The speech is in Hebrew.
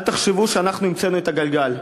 אל תחשבו שאנחנו המצאנו את הגלגל.